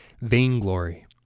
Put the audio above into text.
vainglory